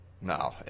No